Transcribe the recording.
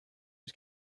was